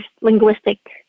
linguistic